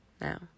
Now